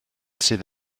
sydd